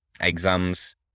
exams